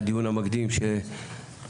אכן בדיון המקדים שקיימנו,